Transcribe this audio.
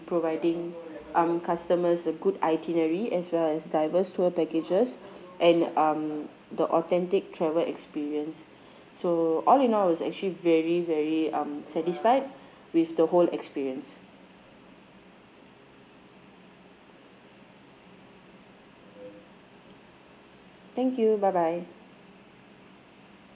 providing um customers a good itinerary as well as diverse tour packages and um the authentic travel experience so all in all it was actually very very um satisfied with the whole experience thank you bye bye